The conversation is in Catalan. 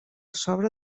sobre